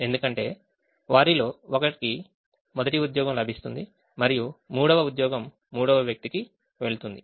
ఎందుకంటే వారిలో ఒకరికి మొదటి ఉద్యోగం లభిస్తుంది మరియు మూడవ ఉద్యోగం మూడవ వ్యక్తికి వెళ్తుంది